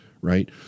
right